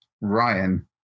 Ryan